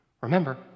remember